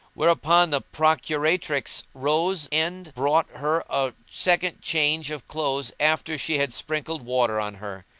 thereupon the procuratrix rose end brought her a second change of clothes after she had sprinkled water on her.